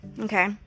okay